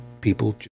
people